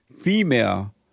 female